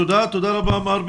תודה, תודה רבה, מר ביטון.